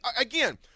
Again